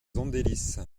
andelys